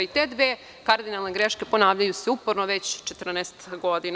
Te dve kardinalne greške ponavljaju se uporno već 14 godina.